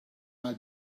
our